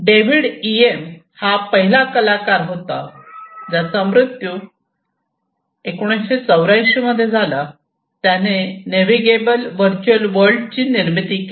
David Em हा पहिला कलाकार होता ज्याचा मृत्यू सन 1984 मध्ये झाला त्याने नेव्हिगेबल व्हर्च्युअल वर्ल्डची निर्मिती केली